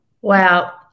wow